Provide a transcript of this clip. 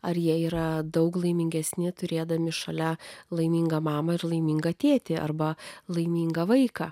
ar jie yra daug laimingesni turėdami šalia laimingą mamą ir laimingą tėtį arba laimingą vaiką